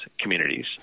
communities